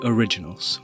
Originals